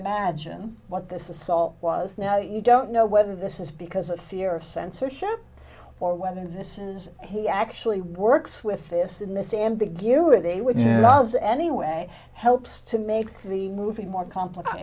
imagine what this assault was now you don't know whether this is because of fear of censorship or whether this is he actually works with this in this ambiguity which loves anyway helps to make the movie more complicated